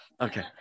Okay